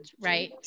right